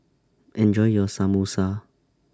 Enjoy your Samosa